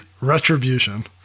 retribution